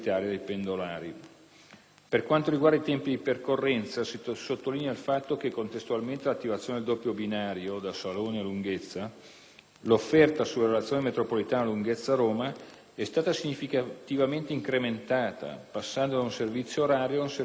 Per quanto riguarda i tempi di percorrenza, si sottolinea il fatto che, contestualmente all'attivazione del doppio binario da Salone a Lunghezza, l'offerta sulla relazione metropolitana Lunghezza-Roma è stata significativamente incrementata, passando da un servizio orario a un servizio ogni 30 minuti,